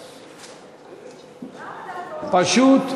למה דווקא, פשוט,